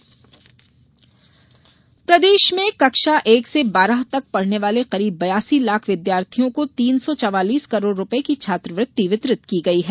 छात्रवृत्ति प्रदेश में कक्षा एक से बारह तक पढ़ने वाले करीब बयासी लाख विद्यार्थियों को तीन सौ चवालीस करोड़ रूपये की छात्रवृत्ति वितरित की गई है